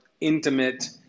intimate